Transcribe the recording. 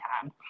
time